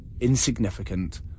insignificant